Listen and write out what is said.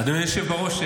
אדוני היושב בראש,